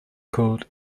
called